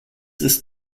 ist